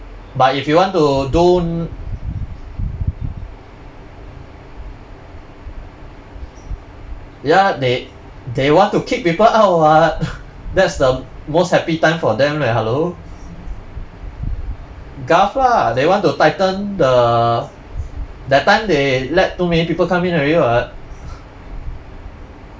but if you want to do ya they they want to keep people out [what] that's the most happy time for them leh hello gov lah they want to tighten the that time they let too many people come in already [what]